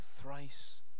thrice